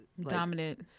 dominant